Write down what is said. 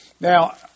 Now